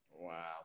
Wow